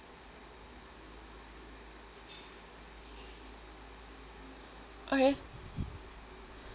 okay